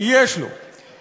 יש לו קרדיט קארד או אין לו?